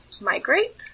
migrate